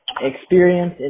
experience